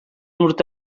urte